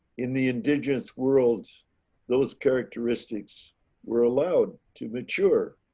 in the indigenous world those characteristics were allowed to mature.